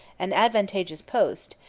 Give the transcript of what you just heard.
an advantageous post,